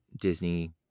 Disney